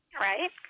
Right